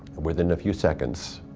within a few seconds,